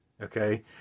okay